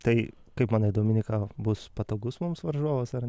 tai kaip manai dominyka bus patogus mums varžovas ar